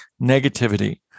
negativity